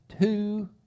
two